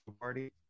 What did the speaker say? party